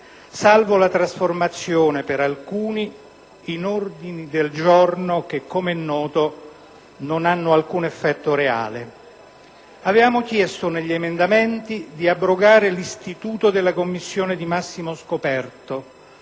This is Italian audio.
salvo la trasformazione, per alcuni, in ordini del giorno che - come è noto - non hanno alcun effetto reale. Avevamo chiesto negli emendamenti di abrogare l'istituto della commissione di massimo scoperto,